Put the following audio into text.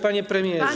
Panie Premierze!